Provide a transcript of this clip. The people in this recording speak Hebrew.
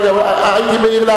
כולם ערניים,